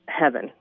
heaven